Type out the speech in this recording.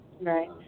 Right